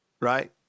right